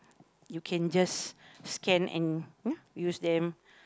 you can just scan and use them